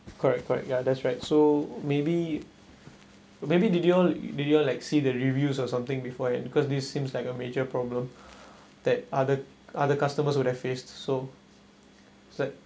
correct correct ya that's right so maybe maybe did you all did you all like see the reviews or something before it because this seems like a major problem that other other customers would have face so it's like